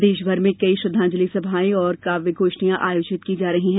प्रदेशभर में कई श्रद्वांजलि सभाए और कवि गोष्ठियां आयोजित की जा रही है